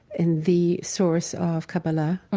in the source of kabbalah